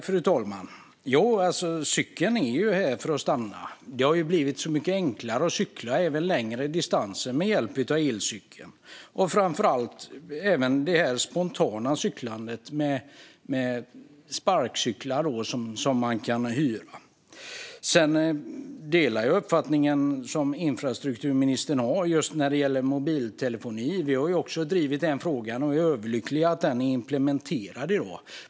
Fru talman! Cykeln är här för att stanna. Med hjälp av elcykeln har det ju blivit så mycket enklare att cykla även längre distanser. Det gäller även det spontana cyklandet i och med att man kan hyra sparkcyklar. Jag delar infrastrukturministerns uppfattning när det gäller mobiltelefoni. Även vi har drivit den frågan, och jag är överlycklig över att den är implementerad.